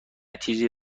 چیزی